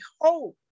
hope